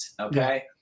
okay